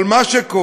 אבל מה שקורה